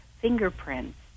fingerprints